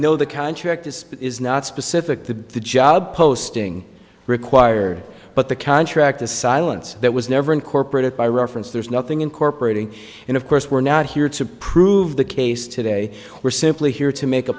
know the contract dispute is not specific to the job posting required but the contract the silence that was never incorporated by reference there's nothing incorporating and of course we're not here to prove the case today we're simply here to make a